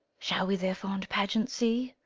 shall we their fond pageant see?